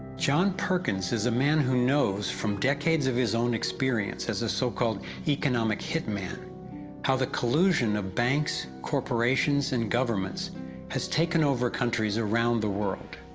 john perkins is a man who knows from decades of his own experience, as a so-called economic hitman how the collusion of banks, corporations and governments has taken over countries around the world.